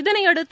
இதனையடுத்து